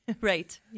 Right